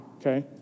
Okay